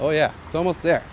oh yeah it's almost there